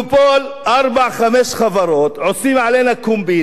מונופול, ארבע-חמש חברות, עושים עלינו קומבינה.